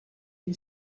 you